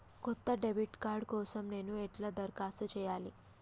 కొత్త debit card కోసం నేను ఎట్లా దరఖాస్తు చేయాలి?